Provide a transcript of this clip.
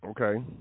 okay